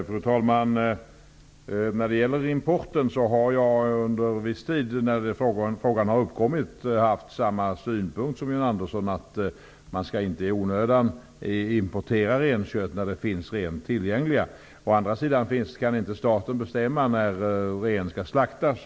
Fru talman! När det gäller importen har jag under viss tid, när frågan har uppkommit, haft samma synpunkt som John Andersson. Man skall inte i onödan importera renkött när det finns renar tillgängliga. Å andra sidan kan inte staten bestämma när renar skall slaktas.